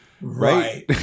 right